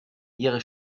ihre